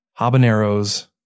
habaneros